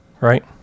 right